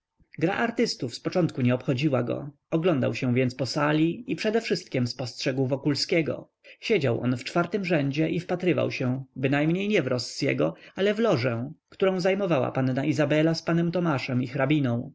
gra artystów z początku nie obchodziła go oglądał się więc po sali i przedewszystkiem spostrzegł wokulskiego siedział on w czwartym rzędzie i wpatrywał się bynajmniej nie w rossiego ale w lożę którą zajmowała panna izabela z panem tomaszem